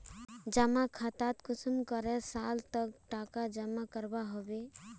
जमा खातात कुंसम करे साल तक टका जमा करवा होबे?